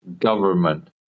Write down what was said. government